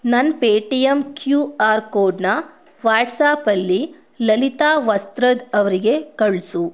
ನನ್ನ Paytm Q R ಕೋಡ್ನ ವಾಟ್ಸಾಪಲ್ಲಿ ಲಲಿತಾ ವಸ್ತ್ರದ ಅವರಿಗೆ ಕಳಿಸು